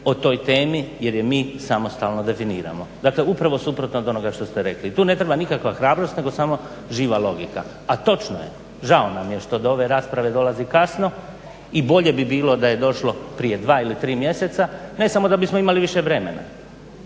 o toj temi jer je mi samostalno definiramo. Dakle, upravo suprotno od onoga što ste rekli. Tu ne treba nikakva hrabrost nego samo živa logika. A točno je, žao nam je što do ove rasprave dolazi kasno i bolje bi bilo da je došlo prije dva ili tri mjeseca ne samo da bismo imali više vremena